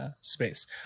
space